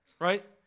Right